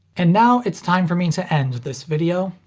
and now, it's time for me to end this video.